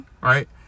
right